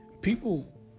People